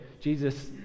Jesus